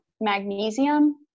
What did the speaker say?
magnesium